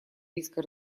риска